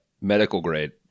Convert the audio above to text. medical-grade